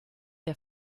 der